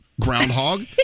groundhog